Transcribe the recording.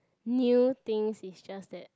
new things is just that